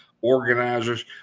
organizers